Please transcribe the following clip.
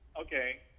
Okay